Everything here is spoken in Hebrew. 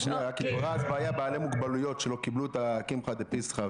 התעוררה אז בעיה בעלי מוגבלויות שלא קיבלו את הקמחא דפסחא,